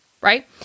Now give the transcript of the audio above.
right